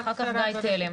ואחר כך גיא תלם.